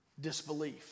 disbelief